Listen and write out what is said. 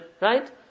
right